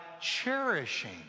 cherishing